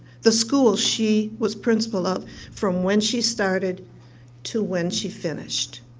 the school she was principal of from when she started to when she finished.